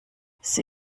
sie